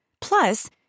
Plus